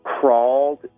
crawled